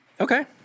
Okay